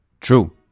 True